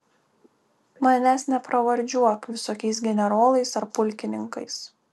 manęs nepravardžiuok visokiais generolais ar pulkininkais